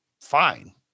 fine